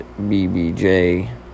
bbj